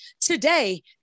Today